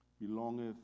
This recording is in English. belongeth